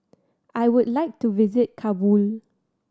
I would like to visit Kabul